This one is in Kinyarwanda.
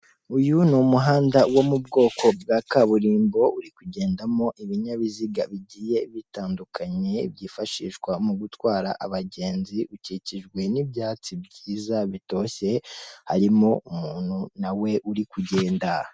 Uyu ni umuhanda wo mu bwoko bwa kaburimbo, uri kugendamo ibinyabiziga bigiye bitandukanye byifashishwa mu gutwara abagenzi, ukikijwe n'ibyatsi byiza bitoshye harimo umuntu nawe uri kugenda.